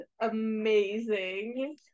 amazing